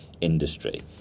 industry